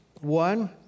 One